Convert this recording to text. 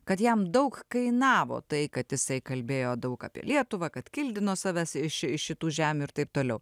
kad jam daug kainavo tai kad jisai kalbėjo daug apie lietuvą kad kildino saves iš iš šitų žemių ir taip toliau